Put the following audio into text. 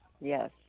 Yes